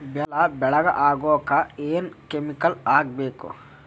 ಬೆಲ್ಲ ಬೆಳಗ ಆಗೋಕ ಏನ್ ಕೆಮಿಕಲ್ ಹಾಕ್ಬೇಕು?